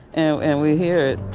and so and we hear it.